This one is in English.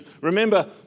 remember